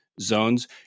zones